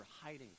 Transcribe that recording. hiding